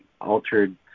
altered